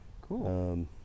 cool